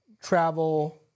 travel